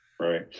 right